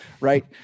right